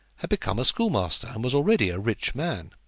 had become a schoolmaster, and was already a rich man.